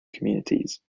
communities